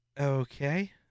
Okay